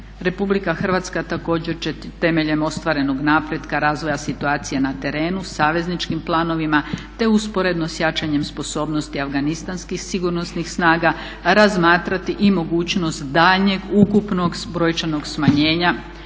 Republika Hrvatska također će temeljem ostvarenog napretka razvoja situacije na terenu, savezničkim planovima te usporedno sa jačanjem sposobnosti afganistanskih sigurnosnih snaga razmatrati i mogućnost daljnjeg ukupnog brojčanog smanjenja